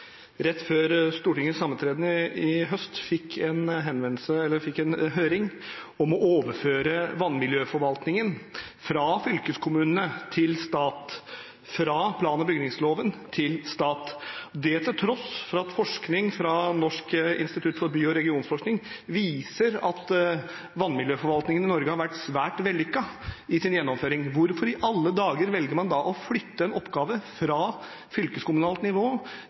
rett før Stortingets sammentreden i høst fikk en høring om å overføre vannmiljøforvaltningen fra fylkeskommunene til staten, fra plan- og bygningsloven til staten, til tross for at forskning fra Norsk institutt for by- og regionforskning viser at vannmiljøforvaltningen i Norge har vært svært vellykket i sin gjennomføring. Hvorfor i alle dager velger man da å flytte en oppgave fra fylkeskommunalt nivå